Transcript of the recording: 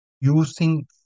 using